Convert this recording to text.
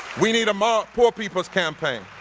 we need um a poor people's campaign,